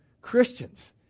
Christians